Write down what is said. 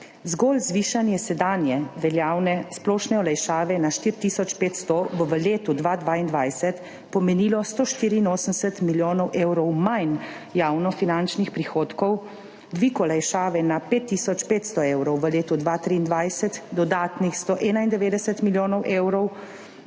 zgolj zvišanje sedanje veljavne splošne olajšave na 4500 bo v letu 2022 pomenilo 184 milijonov evrov manj javno finančnih prihodkov, dvig olajšave na 5500 evrov v letu 2023 dodatnih 191 milijonov evrov,